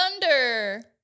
thunder